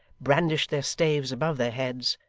brandished their staves above their heads,